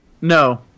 No